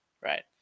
right